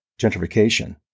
gentrification